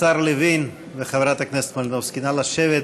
השר לוין וחברת הכנסת מלינובסקי, נא לשבת.